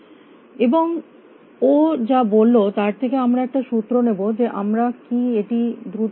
এবং ও যা বলল তার থেকে আমরা একটা সূত্র নেব যে আমরা কী এটি দ্রুত করতে পারি